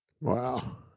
Wow